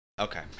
Okay